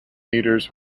metres